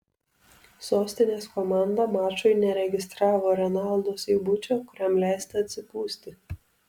sostinės komanda mačui neregistravo renaldo seibučio kuriam leista atsipūsti